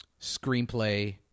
Screenplay